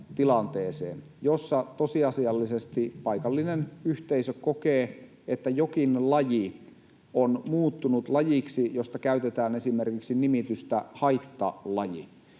jossa tosiasiallisesti paikallinen yhteisö kokee, että jokin laji on muuttunut lajiksi, josta käytetään esimerkiksi nimitystä ”haittalaji”.